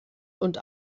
und